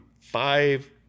five